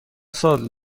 سال